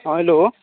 हँ हेलो